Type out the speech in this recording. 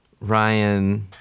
Ryan